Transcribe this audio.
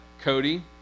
Cody